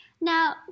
Now